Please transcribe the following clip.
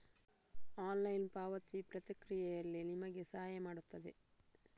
online ಪಾವತಿ ಪ್ರಕ್ರಿಯೆಯಲ್ಲಿ ನಿಮಗೆ ಸಹಾಯ ಮಾಡುತ್ತದೆ